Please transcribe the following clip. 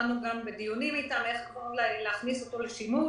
התחלנו גם בדיונים איתם איך להכניס אותו לשימוש.